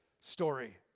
story